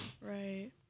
right